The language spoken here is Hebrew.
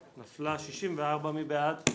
71 מי בעד,